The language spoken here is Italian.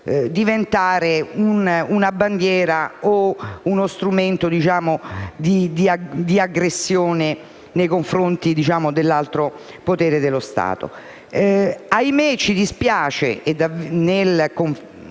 diventare una bandiera o uno strumento di aggressione nei confronti di un altro potere dello Stato. Ahimè ci dispiace - nel riconfermare